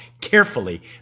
carefully